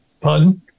Pardon